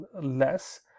less